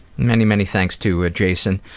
many, many thanks to ah jason.